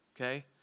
okay